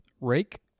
Rake